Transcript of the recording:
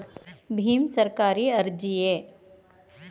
ಭೀಮ್ ಸರ್ಕಾರಿ ಅರ್ಜಿಯೇ?